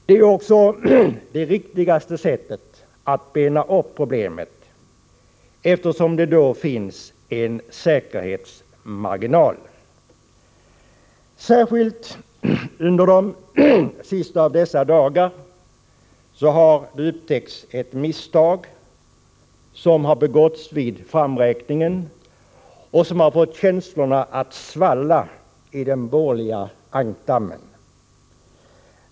Det är också det riktigaste sättet att bena upp problemet, eftersom det då finns en säkerhetsmarginal. Under de senaste dagarna har det upptäckts att det begåtts ett misstag vid framräkningen, vilket har fått känslorna att svalla i den borgerliga ankdammen.